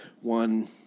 one